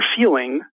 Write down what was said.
feeling